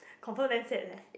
confirm damn sad leh